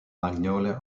magnolia